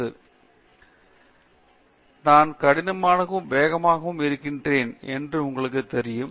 பேராசிரியர் பிரதாப் ஹரிதாஸ் சரி நான் கடினமாகவும் வேகமாகவும் இருக்கிறேன் என்று உங்களுக்குத் தெரியும்